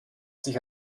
sich